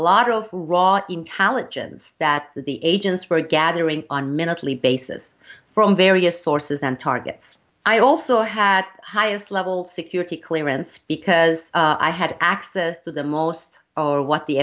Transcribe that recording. lot of raw intelligence that the agents were gathering on minutely basis from various sources and targets i also had highest level security clearance because i had access to the most or what the